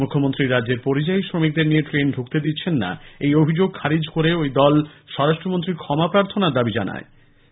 মুখ্যমন্ত্রী রাজ্যের পরিযায়ী শ্রমিকদের নিয়ে ট্রেন ঢুকতে দিচ্ছেন না এই অভিযোগ খারিজ করে দল স্বরাষ্ট্রমন্ত্রীর ক্ষমা প্রার্থনার দাবি জানিয়েছে